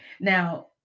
Now